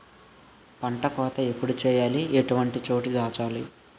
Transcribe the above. పంట కోత ఎప్పుడు చేయాలి? ఎటువంటి చోట దాచాలి?